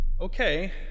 okay